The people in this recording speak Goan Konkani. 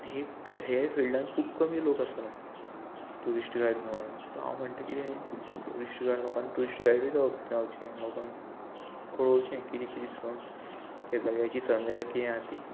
हे हे फिल्डान खूब कमी लोक आसा ट्युरिस्ट गायड म्हणून हांव म्हणटा किदें ट्युरिस्ट गायड लोकांक ट्युरिस्ट गायडूय जावप जावचें लोकांक कळोवचें किदें किदें सण त्या जाग्याची सम्यताय किदें आसा ती